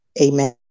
amen